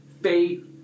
Fate